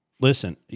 Listen